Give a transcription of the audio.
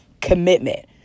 commitment